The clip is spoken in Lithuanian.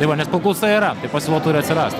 tai va nes paklausa yra tai pasiūla turi atsirast